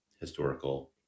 historical